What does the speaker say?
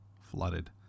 flooded